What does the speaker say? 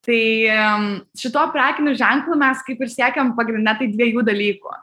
tai šituo prekiniu ženklu mes kaip ir sekam pagrinde tai dviejų dalykų